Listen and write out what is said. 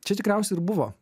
čia tikriausiai ir buvo